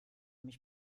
mich